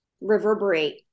reverberate